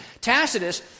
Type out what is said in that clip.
Tacitus